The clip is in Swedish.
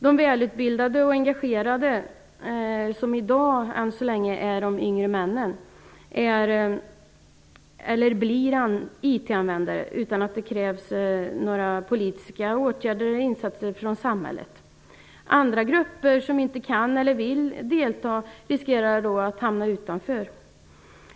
De välutbildade och engagerade - än så länge de yngre männen - blir IT-användare utan att det krävs några politiska åtgärder från samhällets sida. Andra grupper, som inte kan eller vill delta, riskerar att hamna utanför.